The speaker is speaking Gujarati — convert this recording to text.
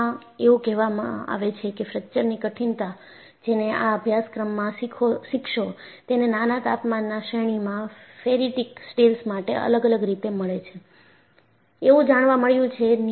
આમાં એવું કહેવામાં આવે છે કે ફ્રેક્ચરની કઠિનતા જેને આ અભ્યાસક્રમમાં શીખશોતેને નાના તાપમાનના શ્રેણીમાં ફેરીટીક સ્ટીલ્સ માટે અલગ અલગ રીતે મળે છે એવું જાણવા મળ્યું છે